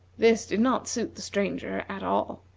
this did not suit the stranger at all.